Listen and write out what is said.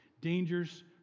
dangers